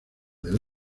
del